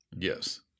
Yes